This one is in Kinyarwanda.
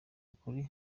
ukuri